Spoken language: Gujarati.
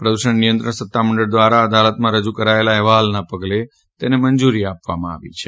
પ્રદૃષણ નિયંત્રણ સત્તામંડળ દ્વારા અદાલતમાં રજુ કરાયેલા અહેવાલને પગલે મંજુરી આપવામાં આવી છે